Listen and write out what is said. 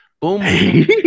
Boom